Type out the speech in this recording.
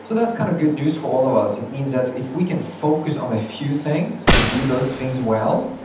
so that's kind of good news for all of us, it means that if we can focus on a few things and do those things well,